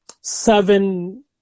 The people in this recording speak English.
seven